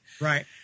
Right